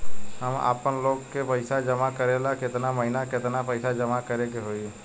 हम आपनलोन के पइसा जमा करेला केतना महीना केतना पइसा जमा करे के होई?